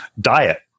diet